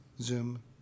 Zoom